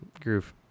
Groove